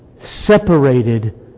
separated